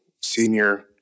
senior